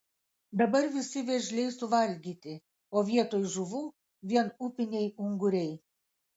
dabar visi vėžliai suvalgyti o vietoj žuvų vien upiniai unguriai